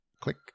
Click